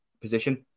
position